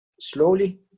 slowly